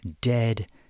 dead